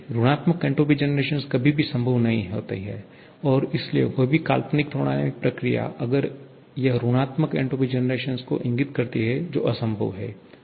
ऋणात्मक entropy generation कभी भी संभव नहीं होती है और इसलिए कोई भी काल्पनिक थर्मोडायनामिक प्रक्रिया अगर यह ऋणात्मक एन्ट्रापी जनरेशन को इंगित करती है जो असंभव है